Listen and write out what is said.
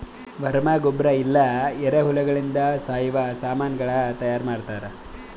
worm ಗೊಬ್ಬರ ಇಲ್ಲಾ ಎರೆಹುಳಗೊಳಿಂದ್ ಸಾವಯವ ಸಾಮನಗೊಳ್ ತೈಯಾರ್ ಮಾಡ್ತಾರ್